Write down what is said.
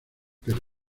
pero